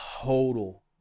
total